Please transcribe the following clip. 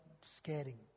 scaring